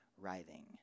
writhing